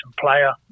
player